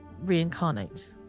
reincarnate